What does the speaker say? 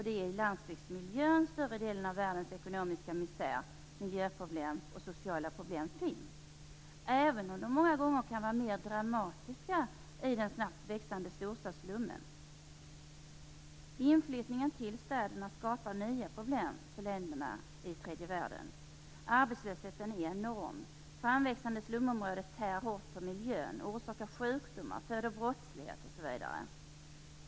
Det är i landsbygdsmiljön som större delen av världens ekonomiska misär, miljöproblem och sociala problem finns, även om de många gånger kan vara mer dramatiska i den snabbt växande storstadsslummen. Inflyttningen till städerna skapar nya problem för länderna i tredje världen. Arbetslösheten är enorm. Framväxande slumområden tär hårt på miljön, orsakar sjukdomar, föder brottslighet osv.